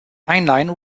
heinlein